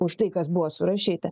už tai kas buvo surašyta